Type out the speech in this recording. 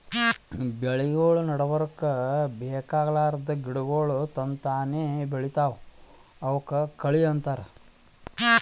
ಬೆಳಿಗೊಳ್ ನಡಬರ್ಕ್ ಬೇಕಾಗಲಾರ್ದ್ ಗಿಡಗೋಳ್ ತನಕ್ತಾನೇ ಬೆಳಿತಾವ್ ಅವಕ್ಕ ಕಳಿ ಅಂತಾರ